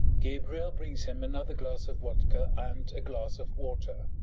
gabriel brings him another glass of vodka and a glass of water.